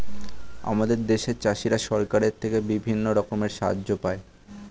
আমাদের দেশের চাষিরা সরকারের থেকে বিভিন্ন রকমের সাহায্য পায়